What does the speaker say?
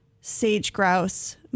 sage-grouse